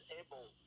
able